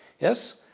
Yes